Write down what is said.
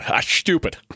Stupid